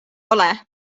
ole